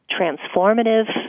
transformative